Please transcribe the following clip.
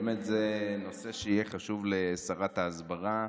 באמת זה נושא שיהיה חשוב לשרת ההסברה,